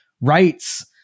rights